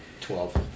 Twelve